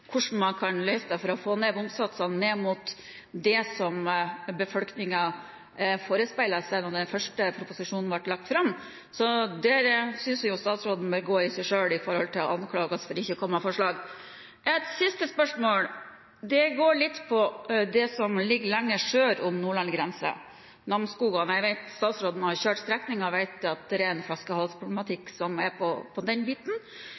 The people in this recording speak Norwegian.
hvordan man kan løse det for å få bomsatsene ned mot det som befolkningen ble forespeilet da den første proposisjonen ble lagt fram. Så jeg synes statsråden bør gå i seg selv med hensyn til å anklage oss for ikke å komme med forslag. Et siste spørsmål, det går litt på det som ligger lenger sør for Nordland grense, Namsskogan. Jeg vet at statsråden har kjørt strekningen og vet at det er en flaskehalsproblematikk på den biten. Vil det være mulig å se på